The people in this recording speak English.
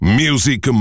music